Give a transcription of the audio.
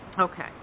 okay